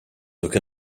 took